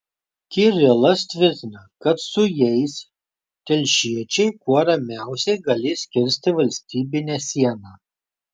kirilas tvirtina kad su jais telšiečiai kuo ramiausiai galės kirsti valstybinę sieną